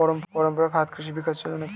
পরম্পরা ঘাত কৃষি বিকাশ যোজনা কি?